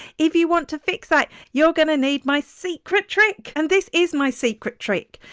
if you want to fix it, you're gonna need my secret trick. and this is my secret trick.